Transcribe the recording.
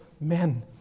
men